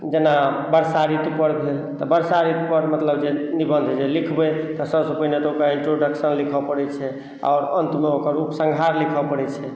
जेना बरसा ऋतुपर भेल तऽ बरसा ऋतुपर मतलब जे निबन्ध जे लिखबै तऽ सबसँ पहिने तऽ ओकर इंट्रोडक्सन लिखऽ पड़ै छै आओर अन्तमे ओकर उपसंहार लिखऽ पड़ै छै